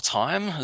time